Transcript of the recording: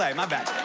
ah my bad.